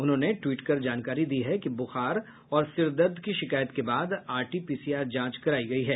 उन्होंने ट्वीट कर जानकारी दी है कि बुखार और सिर दर्द की शिकायत के बाद आरटीपीसीआर जांच करायी गयी है